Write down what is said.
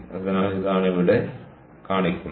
അതിനാൽ ഇതാണ് ഇവിടെ വീണ്ടും ഇവിടെ കാണിക്കുന്നത്